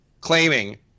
claiming